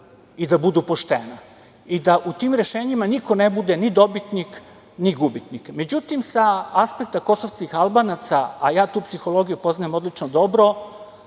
i da budu poštena i da u tim rešenjima niko ne bude ni dobitnik, ni gubitnik.Međutim, sa apsekta kosovskih Albanaca, a ja tu psihologiju poznajem odlično dobro,